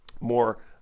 more